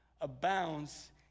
abounds